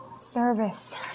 Service